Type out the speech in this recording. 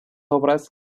obras